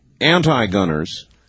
anti-gunners